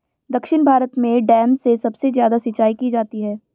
दक्षिण भारत में डैम से सबसे ज्यादा सिंचाई की जाती है